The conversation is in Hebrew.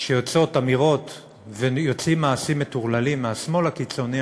כשיוצאות אמירות ויוצאים מעשים מטורללים מהשמאל הקיצוני,